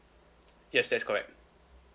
yes that is correct